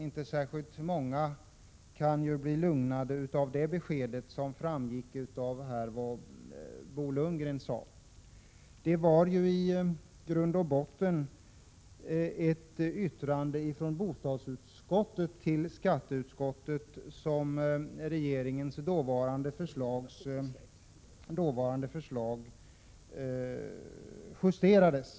Som framgick av vad Bo Lundgren här sade är det ju inte särskilt många som blir lugnade av ett sådant besked. I grund och botten var det ett yttrande från bostadsutskottet till skatteutskottet som var anledningen till att regeringens dåvarande förslag justerades.